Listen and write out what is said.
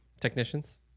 technicians